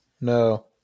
No